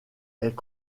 est